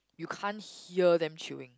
you can't hear them chewing